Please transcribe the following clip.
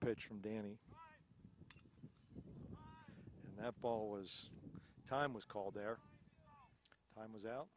pitch from danny and that ball was time was called their time was out